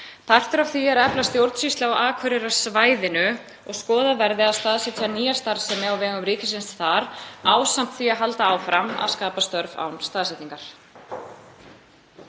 Partur af því er að efla stjórnsýslu á Akureyrarsvæðinu og að skoðað verði að staðsetja nýja starfsemi á vegum ríkisins þar ásamt því að halda áfram að skapa störf án staðsetningar.